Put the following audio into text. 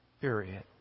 period